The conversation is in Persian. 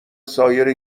سایر